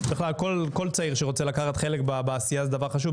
בכלל כל צעיר שרוצה לקחת חלק בעשייה זה דבר חשוב,